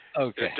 okay